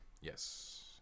Yes